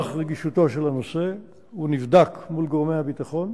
נוכח רגישותו של הנושא הוא נבדק מול גורמי הביטחון,